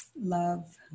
love